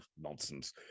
nonsense